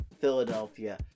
Philadelphia